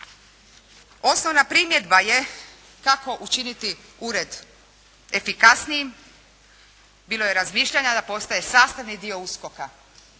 Osnovna primjedba je kako učiniti ured efikasnijim, bilo je razmišljanja da postaje sastavni dio USKOK-a,